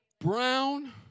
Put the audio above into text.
brown